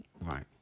Right